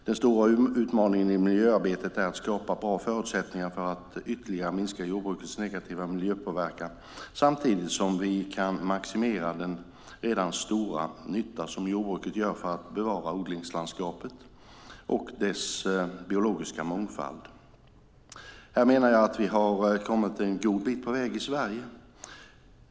Den stora utmaningen i miljöarbetet är att skapa bra förutsättningar för att ytterligare minska jordbrukets negativa miljöpåverkan samtidigt som vi kan maximera den redan stora nytta som jordbruket gör för att bevara odlingslandskapet och dess biologiska mångfald. Här menar jag att vi har kommit en god bit på väg i Sverige.